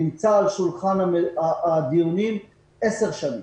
נמצאת על שולחן הדיונים עשר שנים.